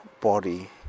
body